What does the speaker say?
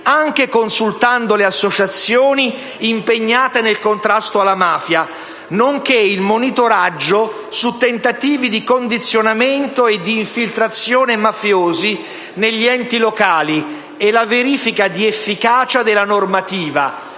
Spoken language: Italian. anche consultando le associazioni impegnate nel contrasto alla mafia, nonché il monitoraggio su tentativi di condizionamento e di infiltrazione mafiosi negli enti locali e la verifica di efficacia della normativa,